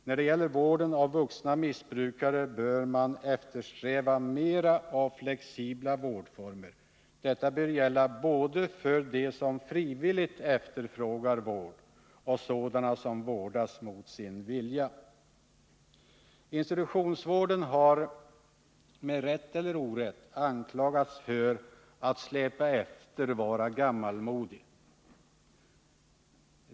När det gäller vården av vuxna missbrukare bör man eftersträva mer av flexibla vårdformer. Detta bör gälla både för dem som frivilligt efterfrågar vård och för dem som vårdas mot sin vilja. Institutionsvård har, med rätt eller orätt, anklagats för att släpa efter och vara gammalmodig.